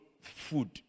food